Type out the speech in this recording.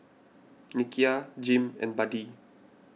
Nikia Jim and Buddie